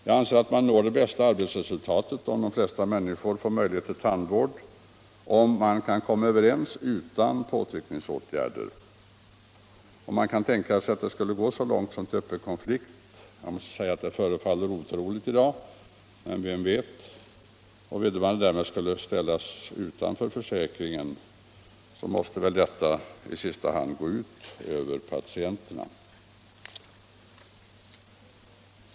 Jag anser att man når det bästa arbetsresultatet och att de flesta människor får hjälp om man får möjlighet till tandvård genom överenskommelser utan påtryckningsåtgärder. Om det skulle gå så långt som till öppen konflikt — det förefaller otroligt i dag, men vem vet — och vederbörande därmed skulle ställas utanför försäkringen, måste väl detta i sista hand gå ut över patienterna.